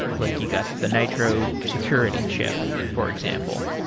like you got the nitro security chip, for example.